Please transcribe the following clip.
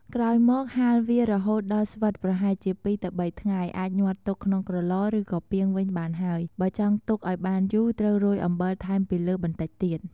ក្រោយមកហាលវារហូតដល់ស្វិតប្រហែលជា ពីរទៅបី ថ្ងៃ អាចញាត់ទុកក្នុងក្រឡឬក៏ពាងវិញបានហើយ បើចង់ទុកឱ្យបានយូរត្រូវរោយអំបិលថែមពីលើបន្តិចៗទៀត។